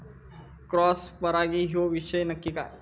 Cross परागी ह्यो विषय नक्की काय?